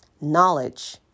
Knowledge